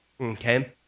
Okay